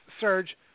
surge